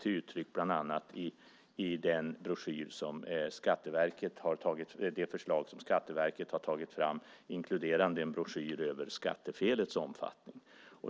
Och vi tar tag i det omfattande skattefusk som har kommit till uttryck bland annat i det förslag som Skatteverket har tagit fram inkluderande en broschyr om skattefelets omfattning.